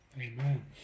Amen